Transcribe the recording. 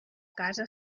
casa